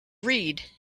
read